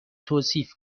توصیف